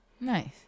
Nice